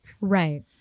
Right